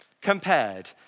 compared